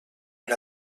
per